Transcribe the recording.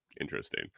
interesting